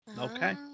Okay